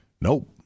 Nope